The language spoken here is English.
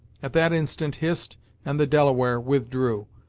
at that instant hist and the delaware withdrew,